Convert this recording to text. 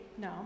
No